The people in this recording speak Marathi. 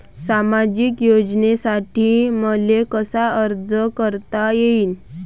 सामाजिक योजनेसाठी मले कसा अर्ज करता येईन?